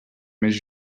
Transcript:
més